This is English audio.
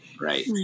right